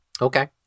Okay